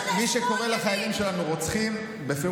מה זה